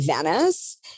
Venice